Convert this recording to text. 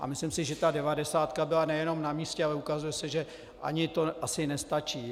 A myslím si, že ta devadesátka byla nejenom namístě, ale ukazuje se, že ani to asi nestačí.